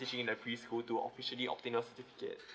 teaching in a preschool to officially obtain a certificate